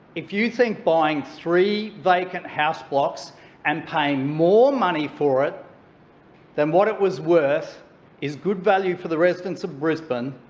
if you think buying three vacant house blocks and paying more money for it than what it was worth is good value for the residents of brisbane,